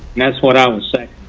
that's what i was saying.